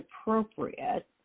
appropriate